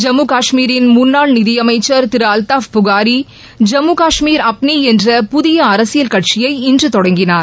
ஜம்மு காஷ்மீரின் முன்னாள் நிதியமைச்சர் திரு அல்டாஃப் புகாரி ஜம்மு காஷ்மீர் அப்னி என்ற புதிய அரசியல் கட்சியை இன்று தொடங்கினார்